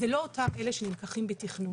זה אותם אלה שנלקחים בתכנון.